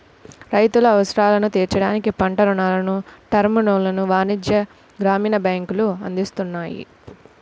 రైతుల అవసరాలను తీర్చడానికి పంట రుణాలను, టర్మ్ లోన్లను వాణిజ్య, గ్రామీణ బ్యాంకులు అందిస్తున్నాయి